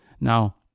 Now